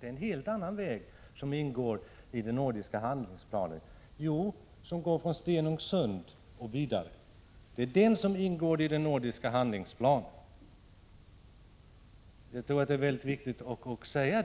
Det är en helt annan väg som ingår i den nordiska handlingsplanen, nämligen den väg som går från Stenungsund och vidare — det tror jag är väldigt viktigt att säga.